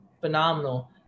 phenomenal